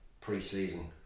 pre-season